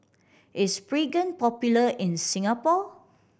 is Pregain popular in Singapore